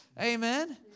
Amen